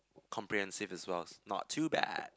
comprehensive as well not too bad